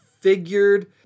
figured